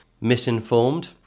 misinformed